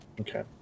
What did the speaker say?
Okay